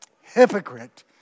Hypocrite